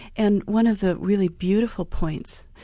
and one of the really beautiful points,